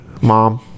mom